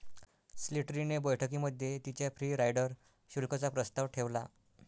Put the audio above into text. Slattery ने बैठकीमध्ये तिच्या फ्री राईडर शुल्क चा प्रस्ताव ठेवला